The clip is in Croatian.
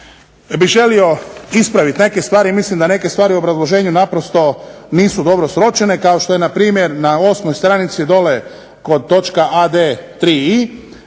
bih želio ispraviti neke stvari jer mislim da neke stvari u obrazloženju nisu naprosto dobro sročene kao što je npr. na 8. stanici dolje kod točka a,d,3.i